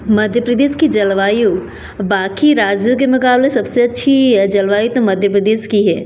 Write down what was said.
मध्य प्रदेश की जलवायु बाकी राज्य के मुकाबले सबसे अच्छी जलवायु तो मध्य प्रदेश की है